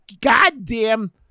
Goddamn